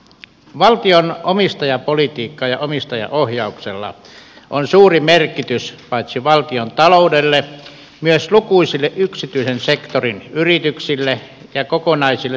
valtion omistajapolitiikalla ja omistajaohjauksella on suuri merkitys paitsi valtiontaloudelle myös lukuisille yksityisen sektorin yrityksille ja kokonaisille toimialoille